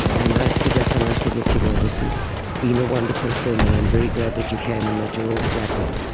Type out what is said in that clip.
and i stood up and i said, look, you know, this has been a wonderful film and i'm very glad that you came and that you're all clapping,